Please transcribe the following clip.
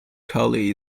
carley